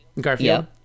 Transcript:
Garfield